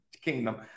kingdom